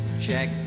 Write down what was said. check